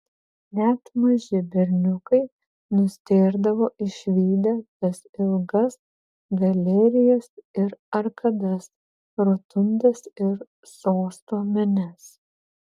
net maži berniukai nustėrdavo išvydę tas ilgas galerijas ir arkadas rotundas ir sosto menes